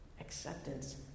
Acceptance